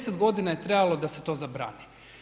10 godina je trebalo da se to zabrani.